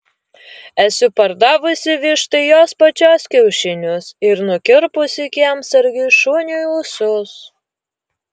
esu pardavusi vištai jos pačios kiaušinius ir nukirpusi kiemsargiui šuniui ūsus